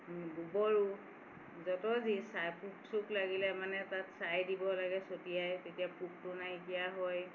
গোবৰো য'ত যি চাই পোক চোক লাগিলে মানে তাত চাই দিব লাগে ছটিয়াই তেতিয়া পোকটো নাইকিয়া হয়